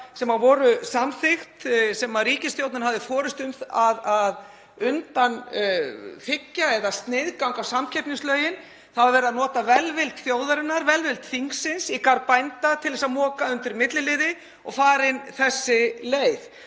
sem voru samþykkt, sem ríkisstjórnin hafði forystu um, að undanþiggja eða sniðganga samkeppnislögin. Verið var að nota velvild þjóðarinnar og velvild þingsins í garð bænda til þess að moka undir milliliði og farin þessi leið.